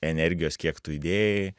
energijos kiek tu įdėjai